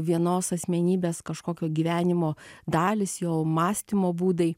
vienos asmenybės kažkokio gyvenimo dalys jo mąstymo būdai